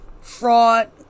fraud